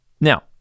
now